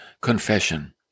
Confession